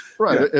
right